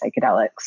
psychedelics